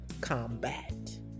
combat